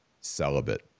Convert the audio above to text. celibate